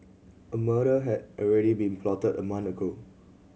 a murder had already been plotted a month ago